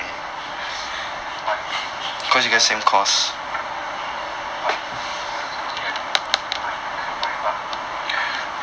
why but 他的成绩 I think much better than my but